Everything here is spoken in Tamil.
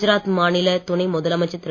குஜராத் மாநில துணை முதலமைச்சர் திரு